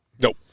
Nope